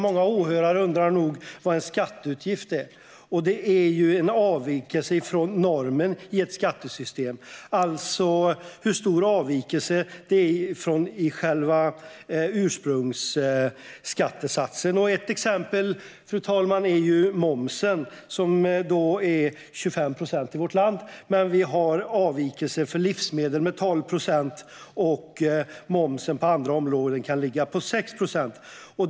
Många åhörare undrar nog vad en skatteutgift är. Det är en avvikelse från normen i ett skattesystem, det vill säga en avvikelse från ursprungsskattesatsen. Ett exempel, fru talman, är momsen, som är 25 procent i vårt land, men vi har avvikelser för livsmedel, där den är 12 procent. På andra områden kan momsen ligga på 6 procent.